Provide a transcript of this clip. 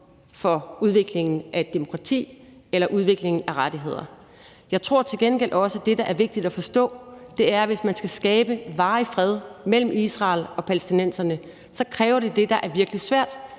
for udviklingen af et demokrati eller udviklingen af rettigheder. Jeg tror til gengæld også, at det, der er vigtigt at forstå, er, at hvis man skal skabe varig fred mellem Israel og palæstinenserne, kræver det det, der er virkelig svært,